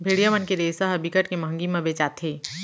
भेड़िया मन के रेसा ह बिकट के मंहगी म बेचाथे